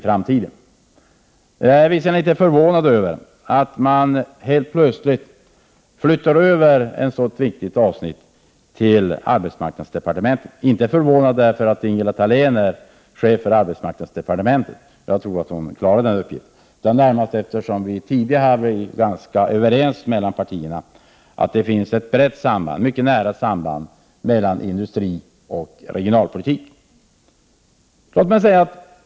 Jag är visserligen litet förvånad över att ett så viktigt avsnitt helt plötsligt flyttas över till arbetsmarknadsdepartementet. Jag är inte förvånad av den anledningen att Ingela Thalén är chef för arbetsmarknadsdepartementet — jag tror att hon klarar den uppgiften — utan närmast för att partierna tidigare var överens om att det finns ett mycket nära samband mellan industrioch regionalpolitik.